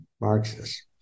Marxists